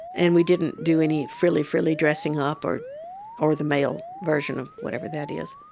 and we didn't do any frilly frilly dressing up or or the male version of whatever that is.